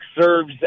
serves